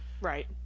Right